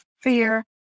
fear